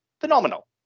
phenomenal